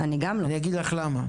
אני גם לא אני אגיד לך למה.